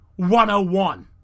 101